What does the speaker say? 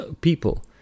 people